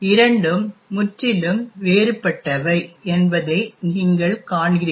இரண்டும் முற்றிலும் வேறுபட்டவை என்பதை நீங்கள் காண்கிறீர்கள்